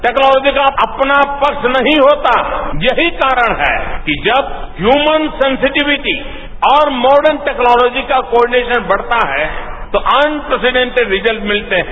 technology का अपना पक्ष नहीं होता यही कारण है कि जब ह्यूमन सेंसिटिविटी और मॉर्डन टेक्नोलॉजी का कॉर्डिनेशन बढ़ता है तो अनप्रिसिडेंटेड रिजल्ट मिलते हैं